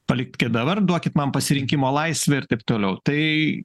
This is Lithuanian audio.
palikt dabar duokit man pasirinkimo laisvę ir taip toliau tai